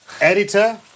editor